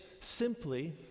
simply